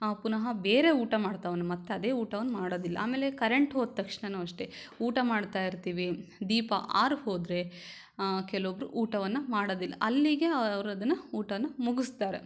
ಪುನಃ ಬೇರೆ ಊಟ ಮಾಡ್ತಾವ್ನೆ ಮತ್ತದೇ ಊಟ ಅವ್ನು ಮಾಡೋದಿಲ್ಲ ಆಮೇಲೆ ಕರೆಂಟ್ ಹೋದ ತಕ್ಷಣಾನೂ ಅಷ್ಟೆ ಊಟ ಮಾಡ್ತಾ ಇರ್ತೀವಿ ದೀಪ ಆರಿ ಹೋದರೆ ಕೆಲವೊಬ್ಬರು ಊಟವನ್ನು ಮಾಡೋದಿಲ್ಲ ಅಲ್ಲಿಗೆ ಅವ್ರು ಅದನ್ನು ಊಟನ ಮುಗಿಸ್ತಾರೆ